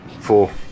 Four